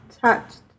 Touched